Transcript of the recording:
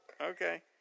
Okay